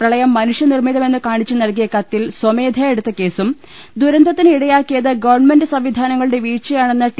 പ്രളയം മനുഷ്യനിർമ്മിതമെന്ന് കാണിച്ച് നൽകിയ കത്തിൽ സ്വമേധയാ എടുത്ത കേസും ദുരന്തത്തിന് ഇടയാക്കിയത് ഗവൺമെന്റ് സംവിധാനങ്ങളുടെ വീഴ്ചയാണെന്ന ടി